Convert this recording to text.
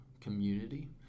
community